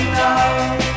love